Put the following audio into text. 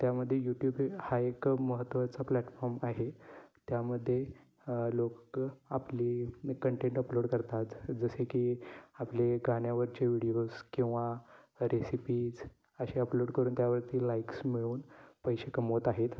त्यामध्ये यूट्युब हे हा एक महत्त्वाचा प्लॅटफॉर्म आहे त्यामध्ये लोक आपले कंटेंट अपलोड करतात जसे की आपले गाण्यावरचे व्हिडिओज किंवा रेसिपीज अशी अपलोड करून त्यावरती लाईक्स मिळवून पैसे कमवत आहेत